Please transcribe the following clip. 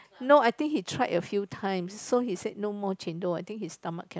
no I think he tried a few times so he said no more chendol I think his stomach cannot